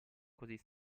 così